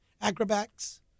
acrobats